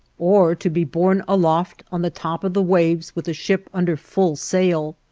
or to be borne aloft on the top of the waves with a ship under full sail,